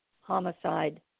homicide